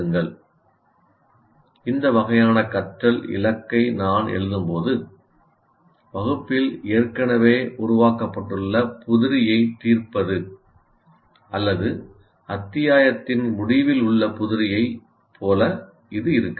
" இந்த வகையான கற்றல் இலக்கை நான் எழுதும்போது வகுப்பில் ஏற்கனவே உருவாக்கப்பட்டுள்ள புதிரியை தீர்ப்பது அல்லது அத்தியாயத்தின் முடிவில் உள்ள புதிரியை போல இது இருக்காது